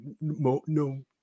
no